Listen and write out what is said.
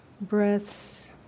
breaths